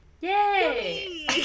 Yay